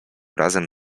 razem